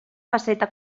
faceta